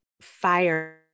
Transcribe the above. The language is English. fire